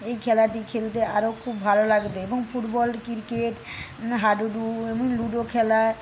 এই খেলাটি খেলতে আরও খুব ভালো লাগতো এবং ফুটবল ক্রিকেট হাডুডু এবং লুডো খেলা